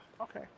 Okay